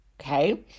okay